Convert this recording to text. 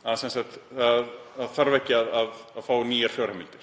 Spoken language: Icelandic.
þyrfti að fá nýjar fjárheimildir.